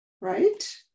right